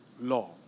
law